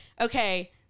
okay